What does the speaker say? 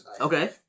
Okay